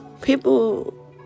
People